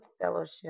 fellowship